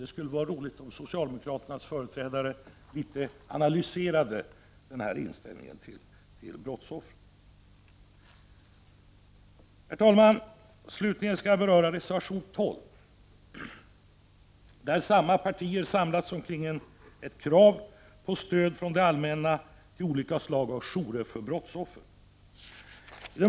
Det skulle vara intressant om socialdemokraternas företrädare något ville analysera den inställning som man har till brottsoffren. Herr talman! Sedan skall jag beröra reservation 12. Samma partier — dvs. vi moderater, folkpartiet, centern och miljöpartiet — samlas här kring kravet på stöd från det allmänna till olika slag av jourer för brottsoffer.